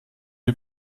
die